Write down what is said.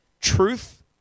Truth